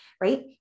right